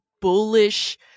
bullish